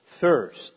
Thirst